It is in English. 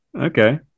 okay